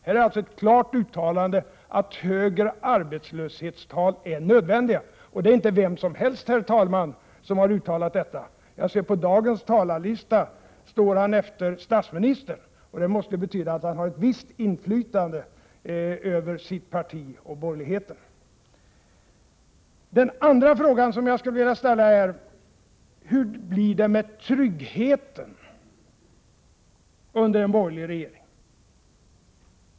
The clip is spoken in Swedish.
Här är alltså ett klart uttalande att högre arbetslöshetstal är nödvändiga, och det är inte vem som helst som har uttalat detta. Jag ser att på dagens talarlista står han efter statsministern, och det måste betyda att han har ett visst inflytande över sitt parti och borgerligheten. Den andra fråga som jag skulle vilja ställa är: Hur blir det med tryggheten under en borgerlig regering?